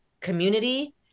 community